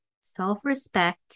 self-respect